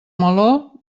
meló